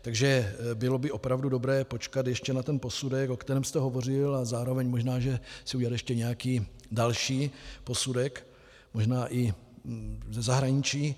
Takže bylo by opravdu dobré počkat ještě na ten posudek, o kterém jste hovořil, a zároveň možná si udělat ještě nějaký další posudek, možná i ze zahraničí.